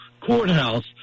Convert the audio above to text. Courthouse